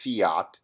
fiat